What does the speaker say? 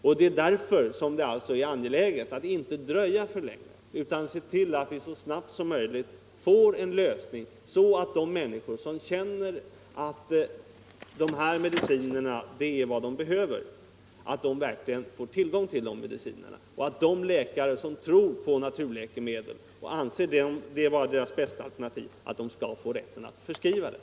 Och det är därför som det är angeläget att inte dröja för länge utan se till att vi så snabbt som möjligt kommer fram till en lösning, så att de människor som känner att de mediciner det här gäller är vad de behöver verkligen får tillgång till preparaten samt att de läkare som tror på naturläkemedlen och anser dem vara det bästa alternativet i vissa fall också får rätt att förskriva dem.